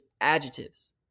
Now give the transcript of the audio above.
adjectives